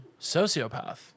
Sociopath